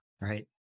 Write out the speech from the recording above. right